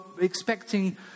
expecting